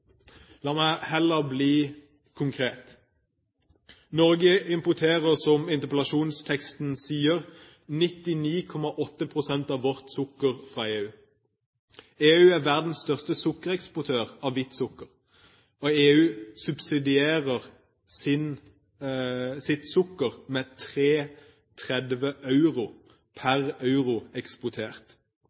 La meg heller bli konkret. Norge importerer, som interpellasjonsteksten sier, 99,8 pst. av vårt sukker fra EU. EU er verdens største sukkereksportør av hvitt sukker, og EU subsidierer sitt sukker med 3,30 euro per euro eksportert.